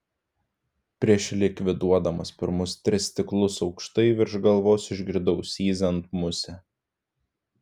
prieš likviduodamas pirmus tris stiklus aukštai virš galvos išgirdau zyziant musę